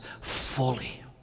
fully